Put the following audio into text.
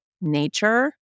nature